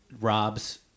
Rob's